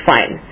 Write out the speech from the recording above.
Fine